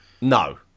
no